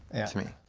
that's me.